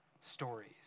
stories